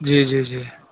جی جی جی